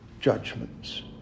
judgments